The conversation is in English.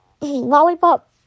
Lollipop